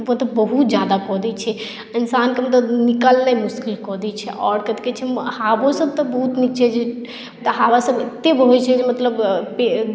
मतलब बहुत जादा कऽ दै छै इन्सानकेॅं मतलब निकलनाई मुश्किल कऽ दै छै आओर कथी कहै छै हवो सभ बहुत नीक छै जे तऽ हवा सभ एते बहै छै जे मतलब